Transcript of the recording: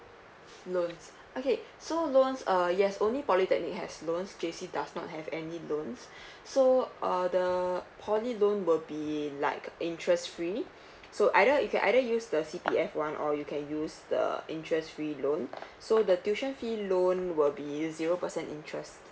loans okay so loans uh yes only polytechnic has loans J_C does not have any loans so uh the poly loan will be like interest free so either you can either use the C_P_F one or you can use the interest free loan so the tuition fee loan will be zero percent interest